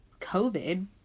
COVID